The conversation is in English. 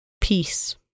Peace